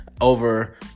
over